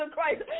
Christ